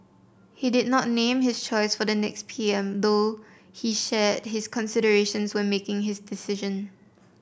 he did not name his choice for the next P M though he shared his considerations when making his decision